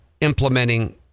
implementing